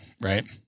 Right